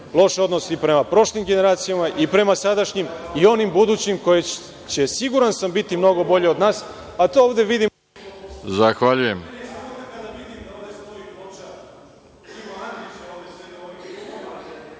loš odnos i prema prošlim generacijama i prema sadašnjim i onim budućim koje će, siguran sam, biti mnogo bolje od nas, a to ovde vidim…(Isključen